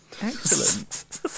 Excellent